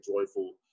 joyful